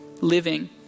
living